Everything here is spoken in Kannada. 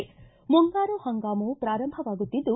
ಮುಂಗಾರು ಹಂಗಾಮು ಪ್ರಾರಂಭವಾಗುತ್ತಿದ್ದು